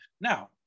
Now